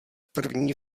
první